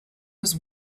was